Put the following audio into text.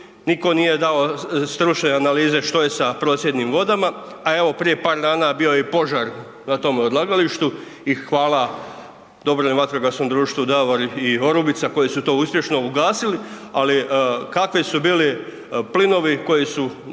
niko nije dao stručne analize što je sa .../Govornik se ne razumije./... vodama a evo, prije par dana bio je i požar na tom odlagalištu i hvala DVD-u Davor i Orubica koji su to uspješno ugasili ali kakve su bili plinovi koji su